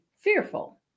fearful